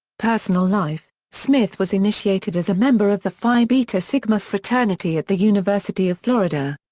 personal life smith was initiated as a member of the phi beta sigma fraternity at the university of florida.